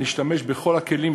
נשתמש בכל הכלים,